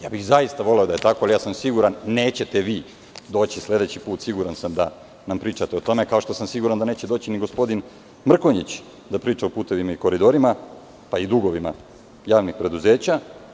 Ja bih zaista voleo da je tako, ali ja sam siguran nećete vi doći sledeći put, siguran sam da nam pričate o tome, kao što sam siguran da neće doći ni gospodin Mrkonjić da priča o putevima i koridorima, pa i dugovima javnih preduzeća.